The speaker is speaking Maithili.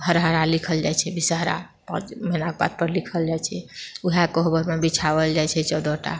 हरहरा लिखल जाइत छै विषहरा मैनाक पात पर लिखल जाइत छै ओएह कोहबरमे बिछाओल जाइत छै चौदहटा